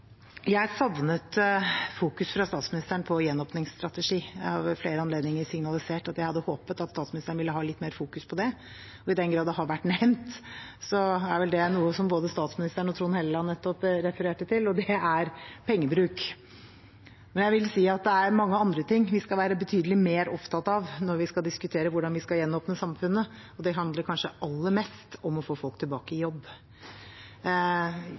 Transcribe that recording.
Jeg savnet fra statsministeren et fokus på en gjenåpningsstrategi. Jeg har ved flere anledninger signalisert at jeg hadde håpet at statsministeren ville fokusere litt mer på det. I den grad det har vært nevnt, er vel det, som både statsministeren og Trond Helleland nettopp refererte til, i form av pengebruk. Men det er mange andre ting vi skal være betydelig mer opptatt av når vi skal diskutere hvordan vi skal gjenåpne samfunnet. Det handler kanskje aller mest om å få folk tilbake i jobb.